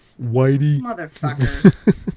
Whitey